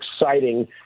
exciting